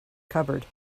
cupboard